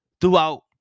throughout